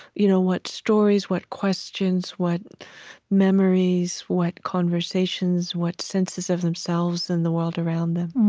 you know what stories, what questions, what memories, what conversations, what senses of themselves and the world around them